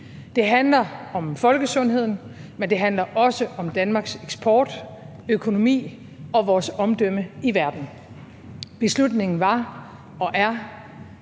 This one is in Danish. Det handler om folkesundheden, men det handler også om Danmarks eksport, økonomi og vores omdømme i verden. Beslutningen var og er